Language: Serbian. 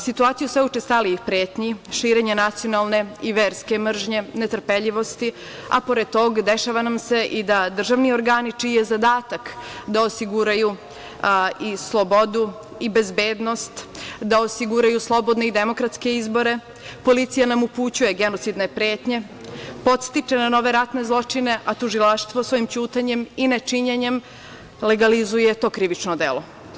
Situaciju sve učestalijih pretnji, širenja nacionalne i verske mržnje, netrpeljivosti, a pored toga dešava nam se i da državni organi čiji je zadatak da osiguraju i slobodu i bezbednost, da osiguraju slobodne i demokratske izbore, policija nam upućuje genocidne pretnje, podstiče na nove ratne zločine, a tužilaštvo svojim ćutanjem i nečinjenjem legalizuje to krivično delo.